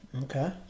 Okay